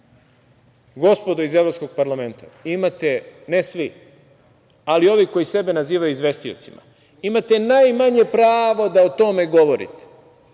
gospodo iz Evropskog parlamenta, imate, ne svi, ali ovi koji sebe nazivaju izvestiocima, imate najmanje pravo da o tome govorite.